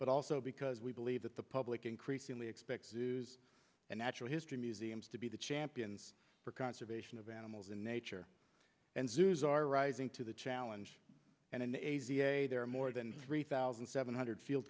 but also because we believe that the public increasingly expects zoos and natural history museums to be the champions for conservation of animals in nature and zoos are rising to the challenge and in a z a there are more than three thousand seven hundred